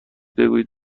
بگویید